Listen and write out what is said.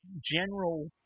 general